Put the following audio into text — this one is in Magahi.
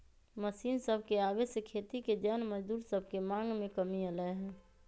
मशीन सभके आबे से खेती के जन मजदूर सभके मांग में कमी अलै ह